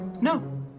No